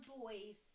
boys